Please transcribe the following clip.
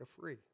free